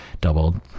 doubled